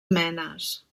menes